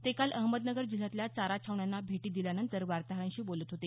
ते काल अहमदनगर जिल्ह्यातल्या चारा छावण्यांना भेटी दिल्यानंतर वार्ताहरांशी बोलत होते